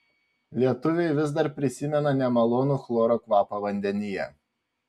lietuviai vis dar prisimena nemalonų chloro kvapą vandenyje